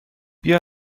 بیا